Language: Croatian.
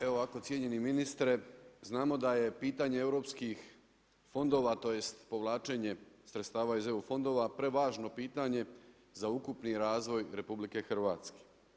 Evo ovako cijenjeni ministre, znamo da je pitanje europskih fondova, tj. povlačenje sredstava iz EU fondova prevažno pitanje za ukupni razvoj RH.